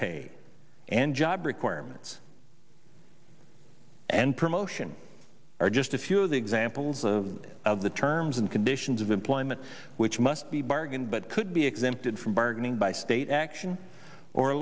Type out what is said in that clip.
pay and job requirements and promotion are just a few of the examples of of the terms and conditions of employment which must be bargained but could be exempted from going by state action or